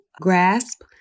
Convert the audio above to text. grasp